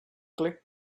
click